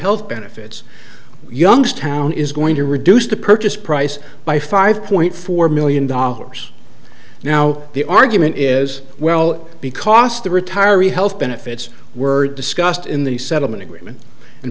health benefits youngstown is going to reduce the purchase price by five point four million dollars now the argument is well because the retiring health benefits were discussed in the settlement agreement and